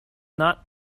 not